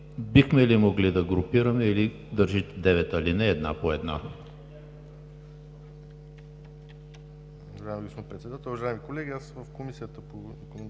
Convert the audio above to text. Бихме ли могли да групираме или държите девет алинеи една по една?